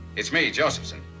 it's me, josephson.